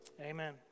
Amen